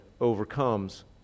overcomes